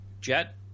jet